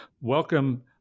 welcome